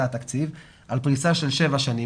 זה התקציב, על פריסה של שבע שנים.